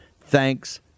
thanks